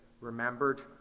remembered